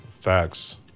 Facts